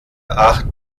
acht